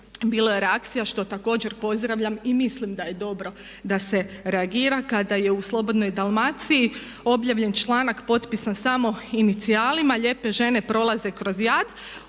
bilo je reakcija što također pozdravljam i mislim da je dobro da se reagira kada je u Slobodnoj Dalmaciji objavljen članak potpisan samo inicijalima „Lijepe žene prolaze kroz jad“.